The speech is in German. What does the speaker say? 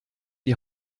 die